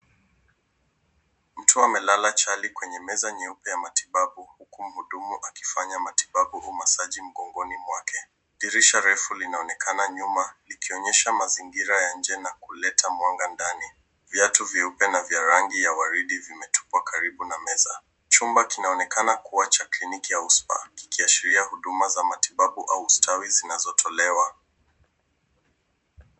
Mtu amelala chali kwenye meza nyeupe ya matibabu huku muhudumu akifanya matibabu kummasaji mgongoni mwake. Dirisha refu linaonekana nyuma likionyesha mazingira ya nje na kuleta mwanga ndani. Viatu vyeupe na vya rangi ya waridi vimetukwa karibu na meza. Chumba kinaonekana kuwa cha kliniki au spa , kikiashiria huduma za matibabu au ustawi zinazotolewa.